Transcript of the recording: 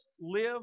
live